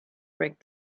break